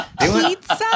Pizza